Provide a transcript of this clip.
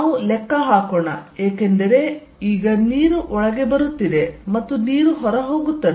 ನಾವು ಲೆಕ್ಕ ಹಾಕೋಣ ಏಕೆಂದರೆ ಈಗ ನೀರು ಒಳಗೆ ಬರುತ್ತಿದೆ ಮತ್ತು ನೀರು ಹೊರಹೋಗುತ್ತದೆ